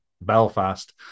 Belfast